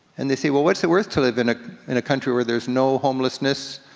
and they say, well what's it worth to live in ah in a country where there's no homelessness,